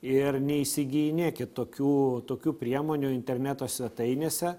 ir neįsigyinėkit tokių tokių priemonių interneto svetainėse